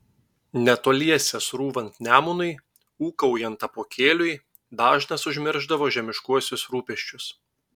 netoliese srūvant nemunui ūkaujant apuokėliui dažnas užmiršdavo žemiškuosius rūpesčius